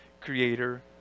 creator